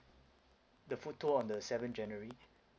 the food tour on the seventh january